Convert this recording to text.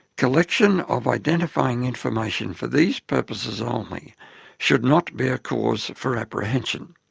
collection of identifying information for these purposes only should not be a cause for apprehension.